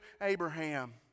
Abraham